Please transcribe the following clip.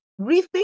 rethink